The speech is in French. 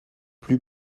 plus